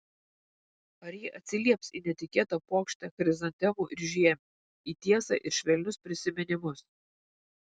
ar ji atsilieps į netikėtą puokštę chrizantemų ir žiemių į tiesą ir švelnius prisiminimus